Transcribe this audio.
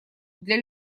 для